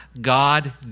God